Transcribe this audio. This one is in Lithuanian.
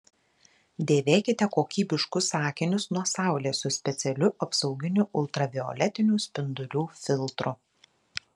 dėvėkite kokybiškus akinius nuo saulės su specialiu apsauginiu ultravioletinių spindulių filtru